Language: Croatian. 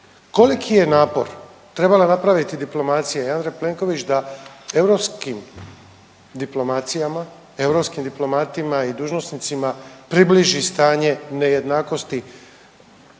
Koliki je napor trebala napraviti diplomacija i Andrej Plenković da europskim diplomacijama, europskim diplomatima i dužnosnicima približi stanje nejednakosti